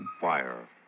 fire